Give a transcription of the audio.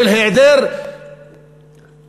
של היעדר עתיד,